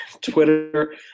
Twitter